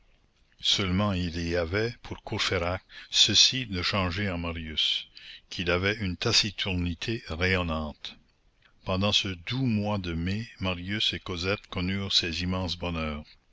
seulement il y avait pour courfeyrac ceci de changé en marius qu'il avait une taciturnité rayonnante pendant ce doux mois de mai marius et cosette connurent ces immenses bonheurs